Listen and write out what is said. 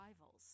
rivals